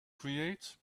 create